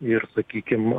ir sakykim